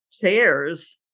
chairs